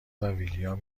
ویلیام